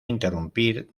interrumpir